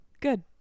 Good